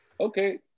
Okay